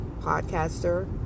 podcaster